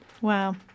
Wow